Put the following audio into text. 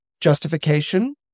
justification